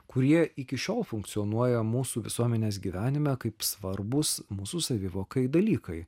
kurie iki šiol funkcionuoja mūsų visuomenės gyvenime kaip svarbūs mūsų savivokai dalykai